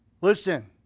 Listen